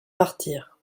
partir